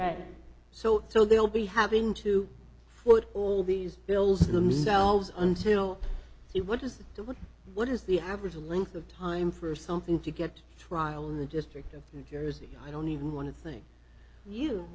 right so so they will be having to foot all these bills themselves until it what is the what what is the average length of time for something to get trial in the district of new jersey i don't even want to think you